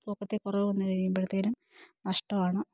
തൂക്കത്തിൽ കുറവ് വന്ന് കഴിയുമ്പോഴ്ത്തേനും നഷ്ടമാണ്